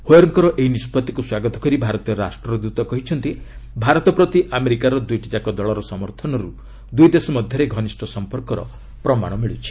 ହୋୟେର୍ଙ୍କର ଏହି ନିଷ୍କଭିକୁ ସ୍ୱାଗତ କରି ଭାରତୀୟ ରାଷ୍ଟ୍ରଦୂତ କହିଛନ୍ତି ଭାରତ ପ୍ରତି ଆମେରିକାର ଦୁଇଟିଯାକ ଦଳର ସମର୍ଥନରୁ ଦୁଇ ଦେଶ ମଧ୍ୟରେ ଘନିଷ୍ଠ ସମ୍ପର୍କର ପ୍ରମାଣ ମିଳୁଛି